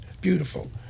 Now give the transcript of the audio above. beautiful